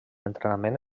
entrenament